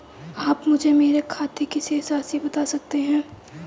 आप मुझे मेरे खाते की शेष राशि बता सकते हैं?